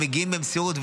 והם מגיעים במסירות,